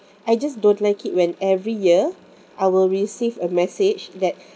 I just don't like it when every year I will receive a message that